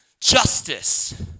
justice